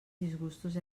disgustos